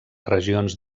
regions